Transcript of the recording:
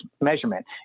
measurement